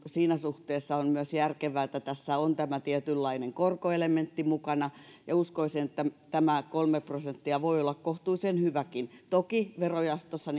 siinä suhteessa on myös järkevää että tässä on tämä tietynlainen korkoelementti mukana ja uskoisin että tämä kolme prosenttia voi olla kohtuullisen hyväkin toki verojaostossa